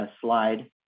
slide